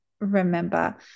remember